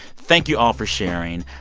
thank you all for sharing.